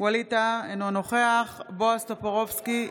ווליד טאהא, אינו נוכח בועז טופורובסקי,